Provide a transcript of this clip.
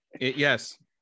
Yes